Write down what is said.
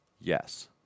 Yes